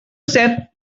safe